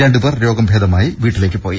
രണ്ടുപേർ രോഗം ഭേദമായി വീട്ടിലേക്ക് പോയി